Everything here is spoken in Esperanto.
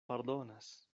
pardonas